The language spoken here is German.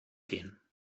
gehen